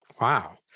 Wow